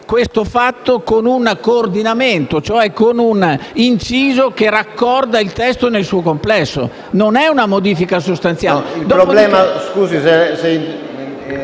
questo fatto con un coordinamento, con un inciso che raccorda il testo nel suo complesso. Non è una modifica sostanziale.